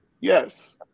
Yes